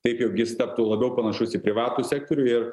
taip jog jis taptų labiau panašus į privatų sektorių ir